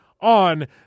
on